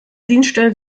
dienststellen